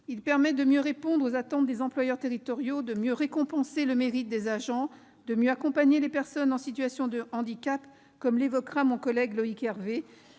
Il permet de mieux répondre aux attentes des employeurs territoriaux, de mieux récompenser le mérite des agents et de mieux accompagner les personnes en situation de handicap, comme l'évoquera mon collègue Loïc Hervé,